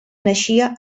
naixia